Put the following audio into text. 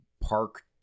Park